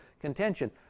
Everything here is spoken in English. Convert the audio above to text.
contention